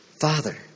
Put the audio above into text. Father